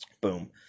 Boom